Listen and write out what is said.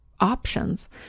options